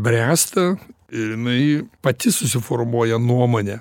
bręsta ir jinai pati susiformuoja nuomonę